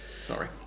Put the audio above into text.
Sorry